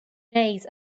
days